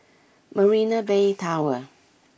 Marina Bay Tower